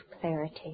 clarity